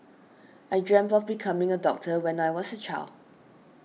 I dreamt of becoming a doctor when I was a child